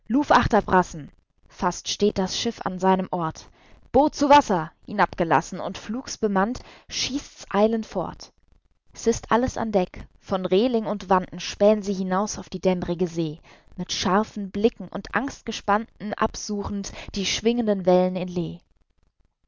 luvachterbrassen fast steht das schiff an seinem ort boot zu wasser hinabgelassen und flugs bemannt schießt's eilend fort s ist alles an deck von rehling und wanten späh'n sie hinaus auf die dämmrige see mit scharfen blicken und angstgespannten absuchend die schwingenden wellen in lee